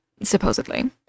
Supposedly